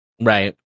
Right